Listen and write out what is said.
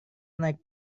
naik